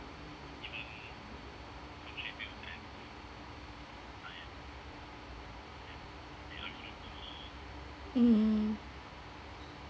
mm